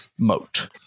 Moat